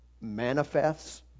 manifests